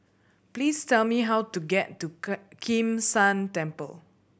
please tell me how to get to Kim San Temple